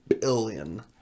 billion